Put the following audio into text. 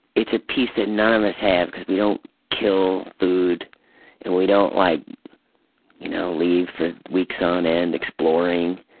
it's a piece that none of us have because we don't kill food and we don't like you know leave for weeks on end exploring.